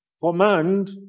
Command